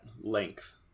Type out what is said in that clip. length